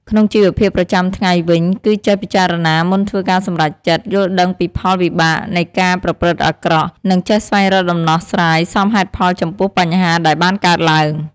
ក្នុងជីវភាពប្រចាំថ្ងៃវិញ គឺចេះពិចារណាមុនធ្វើការសម្រេចចិត្ត យល់ដឹងពីផលវិបាកនៃការប្រព្រឹត្តអាក្រក់ និងចេះស្វែងរកដំណោះស្រាយសមហេតុផលចំពោះបញ្ហាដែលបានកើតឡើង។